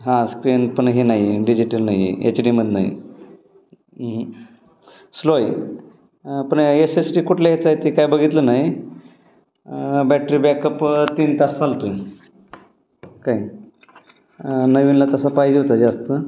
हां स्क्रीन पण हे नाही आहे डिजिटल नाही आहे एच डी मध्ये नाही स्लो आहे पण एस एस डी कुठल्या ह्याचा आहे ते काय बघितलं नाही बॅटरी बॅकअप तीन तास चालतोय काय नवीनला तसं पाहिजे होता जास्त